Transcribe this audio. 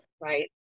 right